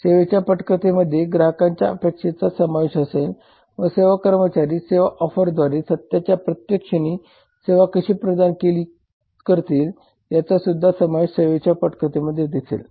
सेवेच्या पटकथेमध्ये ग्राहकांच्या अपेक्षेचा समावेश असेल व सेवा कर्मचारी सेवा ऑफरद्वारे सत्याच्या प्रत्येक क्षणी सेवा कशी प्रदान करतील याचासुद्धा समावेश सेवेच्या पटकथेमध्ये असेल